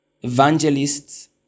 evangelists